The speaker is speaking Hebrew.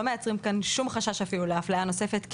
מייצרים כאן שום חשש אפילו לאפליה נוספת,